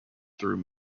through